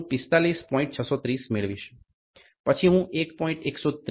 630 મેળવીશ પછી હું 1